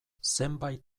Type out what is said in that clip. zenbait